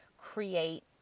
create